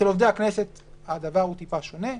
אצל עובדי הכנסת הדבר הוא טיפה שונה.